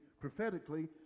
prophetically